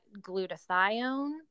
glutathione